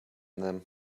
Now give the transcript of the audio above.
them